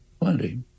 Plenty